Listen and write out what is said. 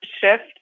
shift